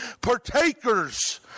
partakers